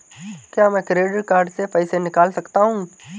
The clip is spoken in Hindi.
क्या मैं क्रेडिट कार्ड से पैसे निकाल सकता हूँ?